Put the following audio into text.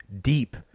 deep